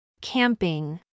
Camping